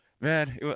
Man